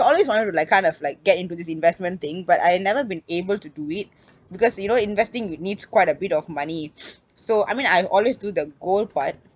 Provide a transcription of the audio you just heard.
I've always wanted to like kind of like get into this investment thing but I never been able to do it because you know investing you need quite a bit of money so I mean I always do the gold part